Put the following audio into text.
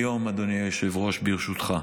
היום, אדוני היושב-ראש, ברשותך,